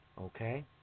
okay